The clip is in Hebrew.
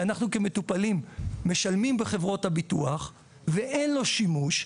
שאנחנו המטופלים משלמים בחברות הביטוח ואין לו שימוש,